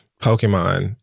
Pokemon